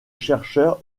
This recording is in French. chercheurs